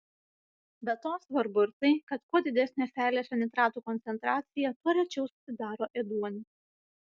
be to svarbu ir tai kad kuo didesnė seilėse nitratų koncentracija tuo rečiau susidaro ėduonis